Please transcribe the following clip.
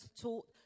taught